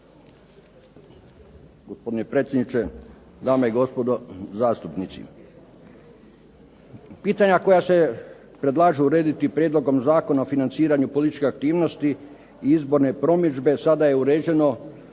Gospodine predsjedniče, dame i gospodo zastupnici. Pitanja koje se predlažu urediti prijedlogom Zakona o financiranju političkih aktivnosti i izborne promidžbe sada je uređeno